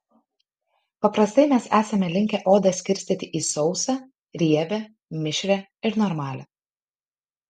paprastai mes esame linkę odą skirstyti į sausą riebią mišrią ir normalią